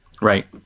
Right